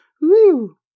Woo